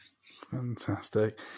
Fantastic